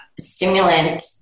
stimulant